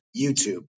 YouTube